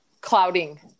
clouding